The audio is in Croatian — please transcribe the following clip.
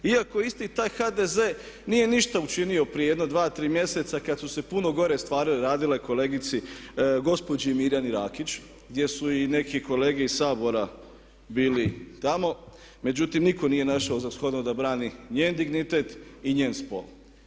Iako isti taj HDZ nije ništa učinio prije jedno dva, tri mjeseca kad su se puno gore stvari radile kolegici gospođi Mirjani Rakić gdje su i neki kolege iz Sabora bili tamo, međutim, nitko nije našao za shodno da brani njen dignitet i njen spol.